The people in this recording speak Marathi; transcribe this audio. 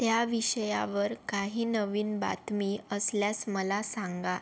त्या विषयावर काही नवीन बातमी असल्यास मला सांगा